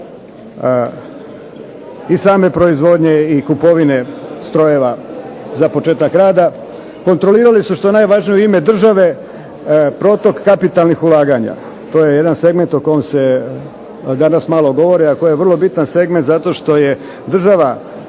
i same proizvodnje i kupovine strojeva za početak rada. Kontrolirali su što je najvažnije u ime države protok kapitalnih ulaganja. To je jedan segment o kojem se danas malo govori, a koji je vrlo bitan segment zato što je država